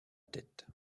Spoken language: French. tête